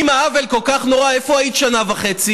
אם העוול כל כך נורא, איפה היית שנה וחצי?